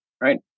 right